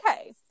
okay